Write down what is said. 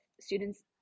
students